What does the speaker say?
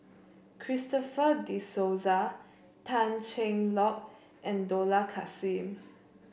Christopher De Souza Tan Cheng Lock and Dollah Kassim